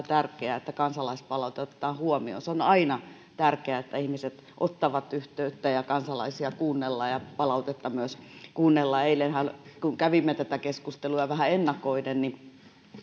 tärkeää että kansalaispalaute otetaan huomioon se on aina tärkeää että ihmiset ottavat yhteyttä ja kansalaisia kuunnellaan ja palautetta myös kuunnellaan eilen kun kävimme tätä keskustelua jo vähän ennakoiden